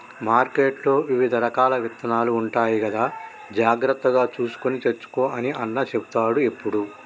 మార్కెట్లో వివిధ రకాల విత్తనాలు ఉంటాయి కదా జాగ్రత్తగా చూసుకొని తెచ్చుకో అని అన్న చెపుతాడు ఎప్పుడు